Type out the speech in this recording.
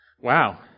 Wow